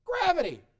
Gravity